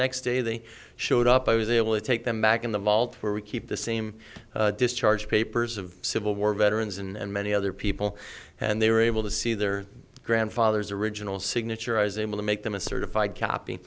next day they showed up i was able to take them back in the vault where we keep the same discharge papers of civil war veterans and many other people and they were able to see their grandfather's original signature i was able to make them a certified copy